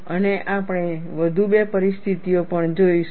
અને આપણે વધુ બે પરિસ્થિતિઓ પણ જોઈશું